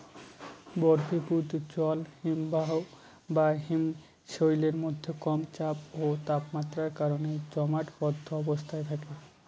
বরফীভূত জল হিমবাহ বা হিমশৈলের মধ্যে কম চাপ ও তাপমাত্রার কারণে জমাটবদ্ধ অবস্থায় থাকে